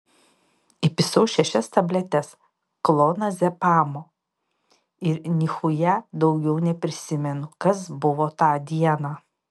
įpisau šešias tabletes klonazepamo ir nichuja daugiau neprisimenu kas buvo tą dieną